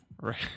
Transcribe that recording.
Right